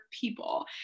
people